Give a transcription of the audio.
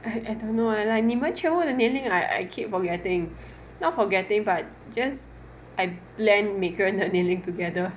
I I don't know eh like 你们全部的年龄 I I keep forgetting not forgetting but just I blend 每个人的年龄 together